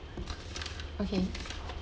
okay